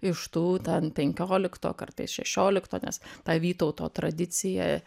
iš tų ten penkiolikto kartais šešiolikto nes tą vytauto tradicija